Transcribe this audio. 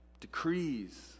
decrees